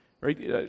right